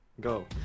Go